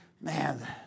man